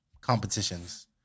Competitions